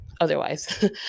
otherwise